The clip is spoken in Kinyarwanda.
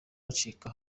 bakica